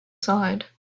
side